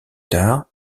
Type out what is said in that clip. tard